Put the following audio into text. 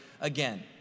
again